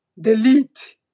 delete